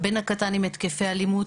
הבן הקטן עם התקפי אלימות,